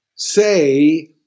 say